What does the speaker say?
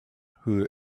who